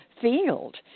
field